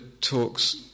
talks